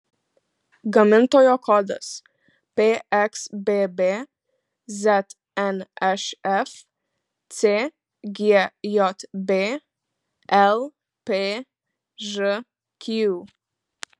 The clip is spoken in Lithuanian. gamintojo kodas pxbb znšf cgjb lpžq